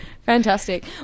fantastic